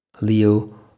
Leo